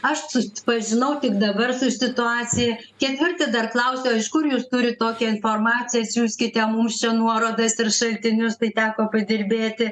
aš susipažinau tik dabar su situacija ketvirti dar klausia o iš kur jūs turit tokią informaciją atsiųskite mums čia nuorodas ir šaltinius tai teko padirbėti